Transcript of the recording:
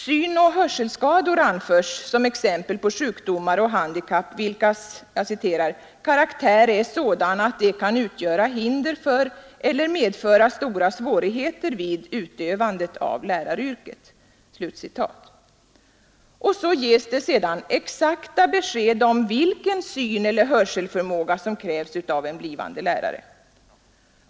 Synoch hörselskador anförs som exempel på sjukdomar och handikapp vilkas ”karaktär är sådan att de kan utgöra hinder för eller medföra stora svårigheter vid utövandet av läraryrket”. Och sedan ges det exakta besked om vilken syneller hörselförmåga som krävs av en blivande lärare.